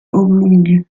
oblongues